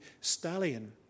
stallion